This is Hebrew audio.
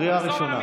קריאה ראשונה.